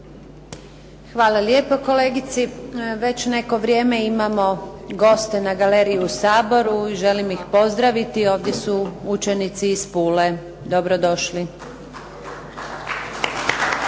Hvala lijepa kolegici. Već neko vrijeme imamo goste na galeriji u Saboru, želim ih pozdraviti ovdje su učenici iz Pule. Dobro došli.